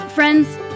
Friends